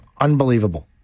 unbelievable